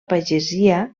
pagesia